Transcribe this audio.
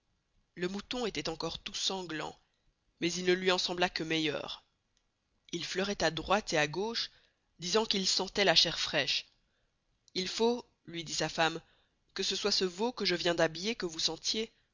le mouton estoit encore tout sanglant mais il ne luy en sembla que meilleur il flairoit à droite et à gauche disant qu'il sentoit la chair fraîche il faut luy dit sa femme que ce soit ce veau que je viens d'habiller que vous sentez